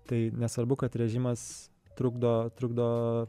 tai nesvarbu kad režimas trukdo trukdo